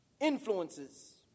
influences